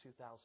2,000